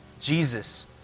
Jesus